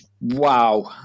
wow